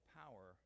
power